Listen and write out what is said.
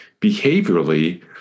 behaviorally